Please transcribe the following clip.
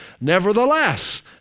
Nevertheless